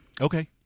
Okay